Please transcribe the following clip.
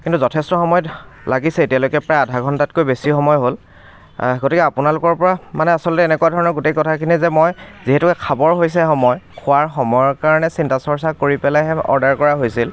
কিন্তু যথেষ্ট সময়ত লাগিছে এতিয়ালৈকে প্ৰায় আধা ঘণ্টাতকৈ বেছি সময় হ'ল গতিকে আপোনালোকৰপৰা মানে আচলতে এনেকুৱা ধৰণৰ গোটেই কথাখিনি যে মই যিহেতুকে খাবৰ হৈছে সময় খোৱাৰ সময়ৰ কাৰণে চিন্তা চৰ্চা কৰি পেলাইহে অৰ্ডাৰ কৰা হৈছিল